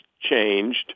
changed